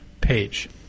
page